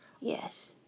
Yes